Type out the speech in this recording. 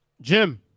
Jim